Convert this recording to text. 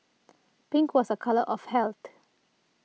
pink was a colour of health